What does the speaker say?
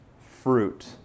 fruit